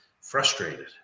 frustrated